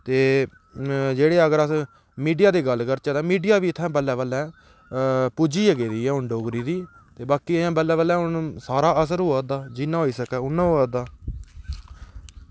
ते जेह्ड़े अगर अस मीडिया दी गल्ल करचै ते मीडिया बी उत्थें बल्लें बल्लें पुज्जी गै गेदी ऐ हून उत्थें डोगरी बी ते बाकी बल्लें बल्लें हून सारा असर होआ दा जिन्ना होई सकै उन्ना होआ दा